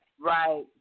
Right